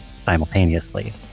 simultaneously